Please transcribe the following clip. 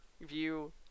view